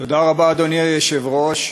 תודה רבה, אדוני היושב-ראש.